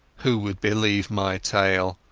who would believe my tale?